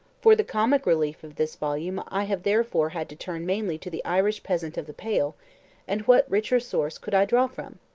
for the comic relief of this volume i have therefore had to turn mainly to the irish peasant of the pale and what richer source could i draw from?